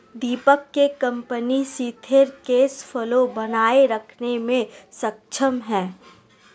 दीपक के कंपनी सिथिर cash flow बनाए रखने मे सक्षम है